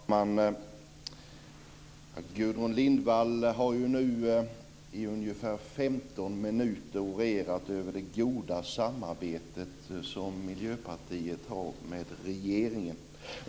Fru talman! Gudrun Lindvall har i ungefär 15 minuter orerat över det goda samarbetet som Miljöpartiet har med regeringen.